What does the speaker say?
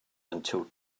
until